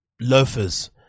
loafers